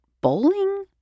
bowling